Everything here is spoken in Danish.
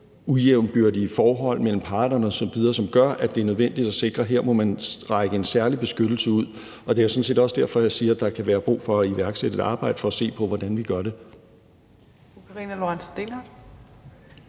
ujævnbyrdige forhold mellem parterne osv., som gør, at det er nødvendigt at sikre, at man dér må strække en særlig beskyttelse ud, og det er sådan set også derfor, jeg siger, at der kan være brug for at iværksætte et arbejde for at se på, hvordan vi gør det.